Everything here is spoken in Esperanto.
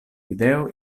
ideo